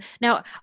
now